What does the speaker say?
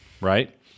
right